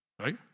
Right